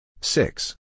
six